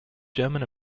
german